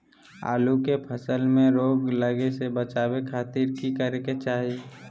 आलू के फसल में रोग लगे से बचावे खातिर की करे के चाही?